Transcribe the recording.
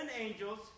angels